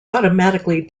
automatically